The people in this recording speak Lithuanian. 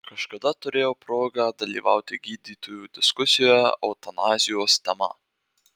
kažkada turėjau progą dalyvauti gydytojų diskusijoje eutanazijos tema